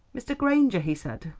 mr. granger, he said,